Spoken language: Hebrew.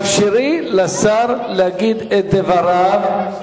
אני מבקש שתאפשרי לשר להגיד את דבריו.